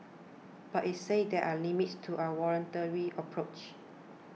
but it said there are limits to a voluntary approach